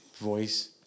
voice